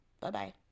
Bye-bye